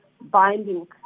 binding